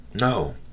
No